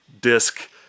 disc